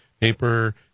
paper